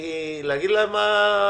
ה-1,449 להגיד לה מה המחשבה?